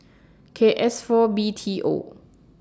K S four B T O